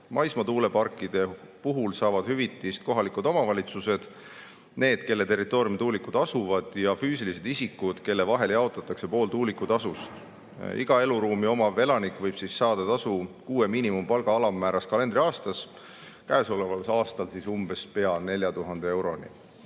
Maismaatuuleparkide puhul saavad hüvitist kohalikud omavalitsused, need, kelle territooriumil tuulikud asuvad, ja füüsilised isikud, kelle vahel jaotatakse pool tuulikutasust. Iga eluruumi omav elanik võib saada tasu kuue miinimumpalga ulatuses kalendriaastas, käesoleval aastal pea 4000 eurot.